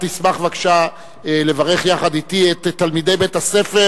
אתה תשמח לברך יחד אתי את תלמידי בית-הספר